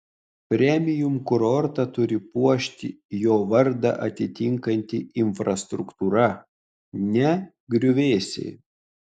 premium kurortą turi puošti jo vardą atitinkanti infrastruktūra ne griuvėsiai